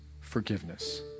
forgiveness